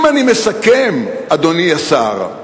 אם אני מסכם, אדוני השר,